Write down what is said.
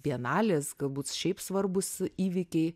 bienalės galbūt šiaip svarbūs įvykiai